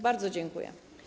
Bardzo dziękuję.